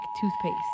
toothpaste